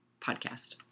podcast